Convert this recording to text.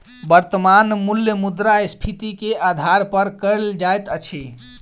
वर्त्तमान मूल्य मुद्रास्फीति के आधार पर कयल जाइत अछि